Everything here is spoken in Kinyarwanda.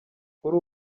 kuri